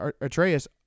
Atreus